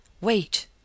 Wait